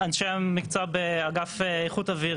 אנשי המקצוע באגף איכות אוויר,